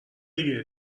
دیگه